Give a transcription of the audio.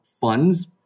funds